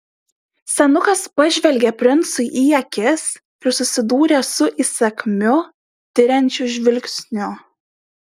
senukas pažvelgė princui į akis ir susidūrė su įsakmiu tiriančiu žvilgsniu